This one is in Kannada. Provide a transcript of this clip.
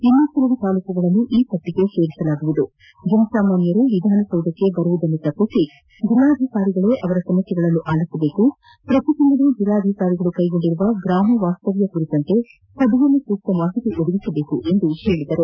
ಇನ್ನೂ ಕೆಲವು ತಾಲೂಕುಗಳನ್ನು ಪಟ್ಟಗೆ ಸೇರಿಸಲಾಗುವುದು ಜನ ಸಾಮಾನ್ಯರು ವಿಧಾನ ಸೌಧಕ್ಷೆ ಬರುವುದನ್ನು ತಪ್ಪಿಸಿ ಜಿಲ್ಲಾಧಿಕಾರಿಗಳೇ ಅವರ ಸಮಸ್ಥೆಗಳನ್ನು ಆಲಿಸಬೇಕು ಪ್ರತಿ ತಿಂಗಳು ಜಿಲ್ಲಾಧಿಕಾರಿಗಳು ಕೈಗೊಂಡಿರುವ ಗ್ರಾಮ ವಾಸ್ತವ್ಯ ಕುರಿತಂತೆ ಸಭೆಯಲ್ಲಿ ಸೂಕ್ತ ಮಾಹಿತಿ ಒದಗಿಸಬೇಕೆಂದು ಹೇಳಿದರು